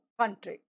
country